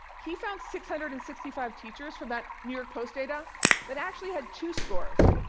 he found six hundred and sixty five teachers from that new york post data that actually had two scores.